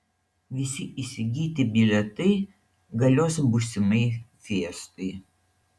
visi įsigyti bilietai galios būsimai fiestai